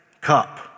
cup